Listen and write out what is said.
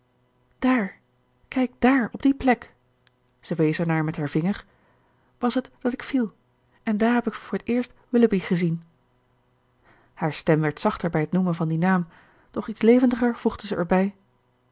dààr kijk dààr op die plek zij wees ernaar met haar vinger was het dat ik viel en daar heb ik voor t eerst willoughby gezien hare stem werd zachter bij het noemen van dien naam doch iets levendiger voegde zij erbij